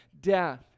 death